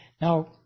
Now